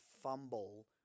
fumble